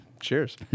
Cheers